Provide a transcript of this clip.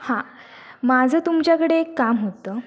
हां माझं तुमच्याकडे एक काम होतं